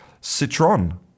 citron